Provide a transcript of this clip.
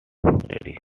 ready